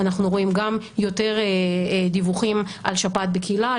אנחנו רואים גם יותר דיווחים על שפעת בקהילה,